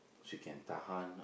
she can tahan